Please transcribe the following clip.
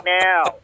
now